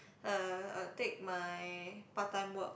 uh take my part time work